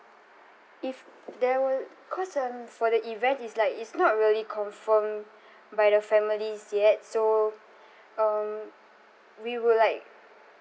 if there were cause um for the event is like it's not really confirmed by the families yet so um we will like